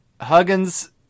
Huggins